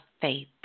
faith